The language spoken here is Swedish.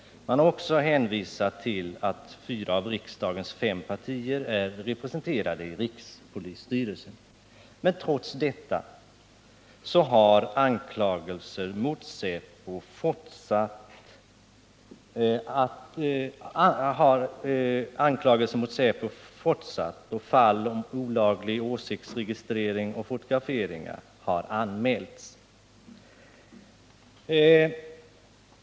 Man har också hänvisat till att fyra av riksdagens fem partier är representerade i rikspolisstyrelsen. Trots detta har emellertid anklagelser mot säpo fortsatt att förekomma, och fall av olaglig åsiktsregistrering och fotografering har anmälts.